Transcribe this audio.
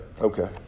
Okay